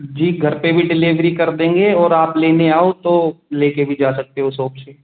जी घर पर भी डिलेवरी कर देंगे और आप लेने आओ तो ले कर भी जा सकते हो सॉप से